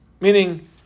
Meaning